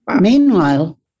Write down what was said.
Meanwhile